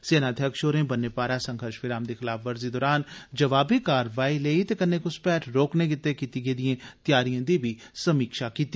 सेनाध्यक्ष होरें बन्ने पारा सघर्ष विराम दी खलाफवर्जी दोरान जवावी कारवाई लेई ते कन्नै घुसपैठ रोकने गित्तै कीती गेदिए तयारिए दी समीक्षा कीती